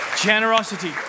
Generosity